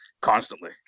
Constantly